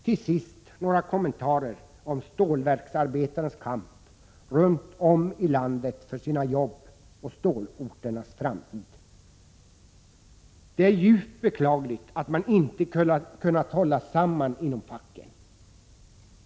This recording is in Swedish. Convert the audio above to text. Till sist några kommentarer om stålverksarbetarnas kamp runt om i landet för sina jobb och för stålorternas framtid. Det är djupt beklagligt att man inte kunnat hålla samman inom facken.